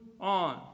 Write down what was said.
on